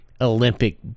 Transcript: Olympic